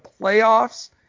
playoffs